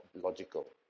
logical